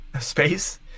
space